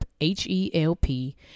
H-E-L-P